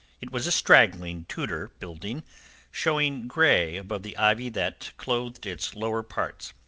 it was a straggling tudor building showing grey above the ivy that clothed its lower parts.